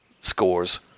scores